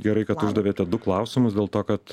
gerai kad uždavėte du klausimus dėl to kad